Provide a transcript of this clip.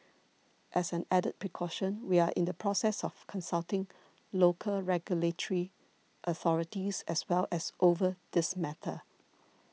as an added precaution we are in the process of consulting local regulatory authorities as well as over this matter